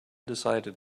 decided